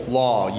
law